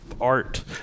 art